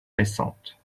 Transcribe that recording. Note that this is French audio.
récente